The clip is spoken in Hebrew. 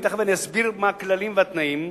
ותיכף אני אסביר מה הכללים והתנאים,